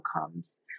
outcomes